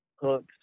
hooks